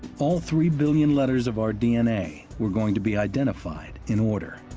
all three billion letters of our d n a. were going to be identified, in order.